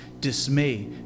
dismay